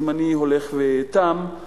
זמני הולך ותם,